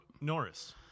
Norris